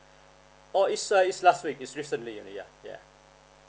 oh is at is last week is recently yeah yeah